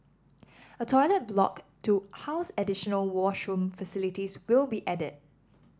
a toilet block to house additional washroom facilities will be added